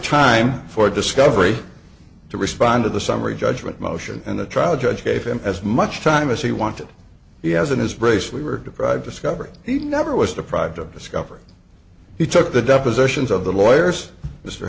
time for discovery to respond to the summary judgment motion and the trial judge gave him as much time as he wanted he has in his brace we were deprived discovery he never was deprived of discovery he took the depositions of the lawyers mr